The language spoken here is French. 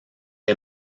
est